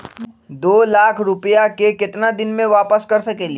दो लाख रुपया के केतना दिन में वापस कर सकेली?